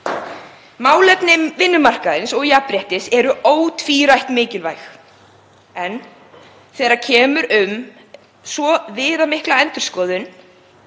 Málefni vinnumarkaðarins og jafnréttis eru ótvírætt mikilvæg en þegar um svo viðamikla endurskoðun